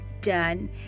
done